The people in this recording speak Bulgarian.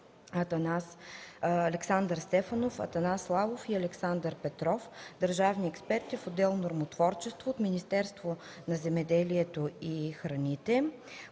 Александър Стефанов, Атанас Славов и Александър Петров – държавни експерти в отдел „Нормотворчество”; от Министерство на земеделието и храните: